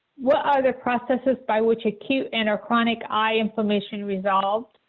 what the processes by which acute and ah chronic eye inflammation resolve.